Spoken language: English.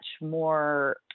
more